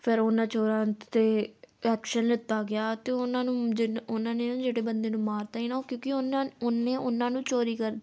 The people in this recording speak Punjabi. ਫਿਰ ਉਹਨਾਂ ਚੋਰਾਂ ਤ 'ਤੇ ਐਕਸ਼ਨ ਲਿੱਤਾ ਗਿਆ ਅਤੇ ਉਹਨਾਂ ਨੂੰ ਜਿਨ ਉਹਨਾਂ ਨੇ ਨਾ ਜਿਹੜੇ ਬੰਦੇ ਨੂੰ ਮਾਰਤਾ ਸੀ ਨਾ ਉਹ ਕਿਉਂਕਿ ਉਹਨਾਂ ਉਹਨੇ ਉਹਨਾਂ ਨੂੰ ਚੋਰੀ ਕਰ